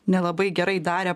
nelabai gerai darė